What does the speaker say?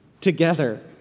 together